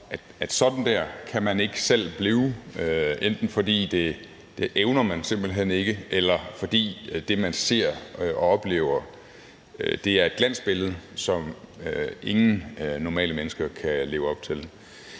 der kan man ikke selv blive, enten fordi man simpelt hen ikke evner det, eller fordi det, man ser og oplever, er et glansbillede, som ingen normale mennesker kan leve op til.